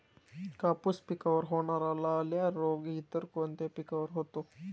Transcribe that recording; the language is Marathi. कापूस पिकावर होणारा लाल्या रोग इतर कोणत्या पिकावर होतो?